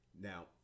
Now